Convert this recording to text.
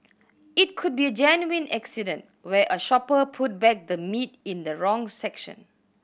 it could be a genuine accident where a shopper put back the meat in the wrong section